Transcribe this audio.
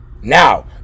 Now